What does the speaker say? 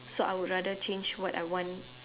so I would rather change what I want